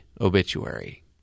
obituary